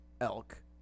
Elk